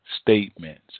statements